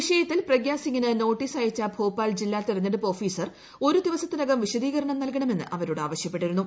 വിഷയത്തിൽ പ്രഗ്യാസിങിന് നോട്ടീസ് അയച്ച ഭോപ്പാൽ ജില്ലാ തെരഞ്ഞെടുപ്പ് ഓഫീസർ ഒരു ദിവസത്തിനകം വിശദീകരണം നൽകണമെന്ന് അവരോട് ആവശ്യപ്പെട്ടിരുന്നു